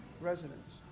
residents